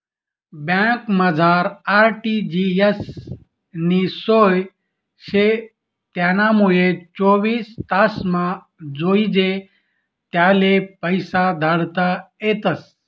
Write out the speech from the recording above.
बँकमझार आर.टी.जी.एस नी सोय शे त्यानामुये चोवीस तासमा जोइजे त्याले पैसा धाडता येतस